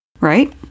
right